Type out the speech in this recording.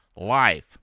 life